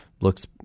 looks